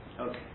Okay